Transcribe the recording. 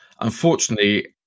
Unfortunately